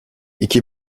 iki